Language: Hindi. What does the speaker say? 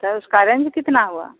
तो उसका रेंज कितना हुआ